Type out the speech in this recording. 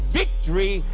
victory